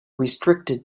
restricted